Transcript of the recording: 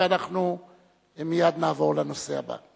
ואנחנו מייד נעבור לנושא הבא.